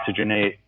oxygenate